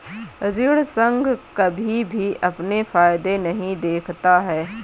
ऋण संघ कभी भी अपने फायदे नहीं देखता है